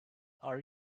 are